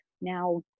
now